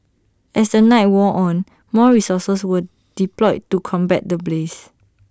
as the night wore on more resources were deployed to combat the blaze